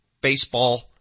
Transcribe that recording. baseball